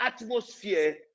atmosphere